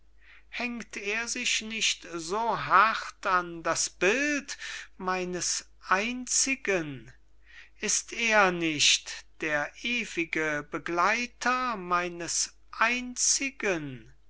hängt er sich nicht so hart an das bild meines einzigen ist er nicht der ewige begleiter meines einzigen